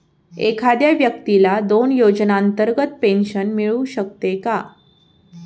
एखाद्या व्यक्तीला दोन योजनांतर्गत पेन्शन मिळू शकते का?